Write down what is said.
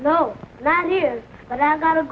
know that is but i got